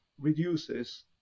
reduces